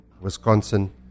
Wisconsin